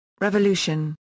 revolution